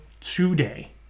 today